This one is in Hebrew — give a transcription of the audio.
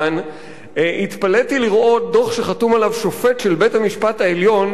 התפלאתי לראות דוח שחתום עליו שופט של בית-המשפט העליון שמתעלם